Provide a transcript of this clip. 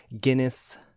Guinness